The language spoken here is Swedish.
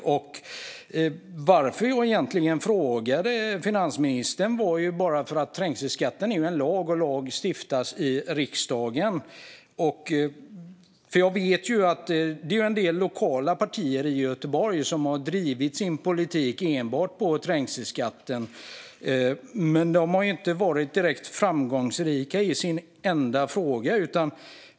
Att jag ställde min fråga till finansministern beror på att trängselskatten baseras på en lag, och lag stiftas i riksdagen. Jag vet att en del lokala partier i Göteborg har baserat sin politik enbart på frågan om trängselskatt, men de har inte varit direkt framgångsrika i sin enda fråga.